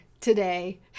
today